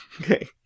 Okay